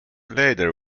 later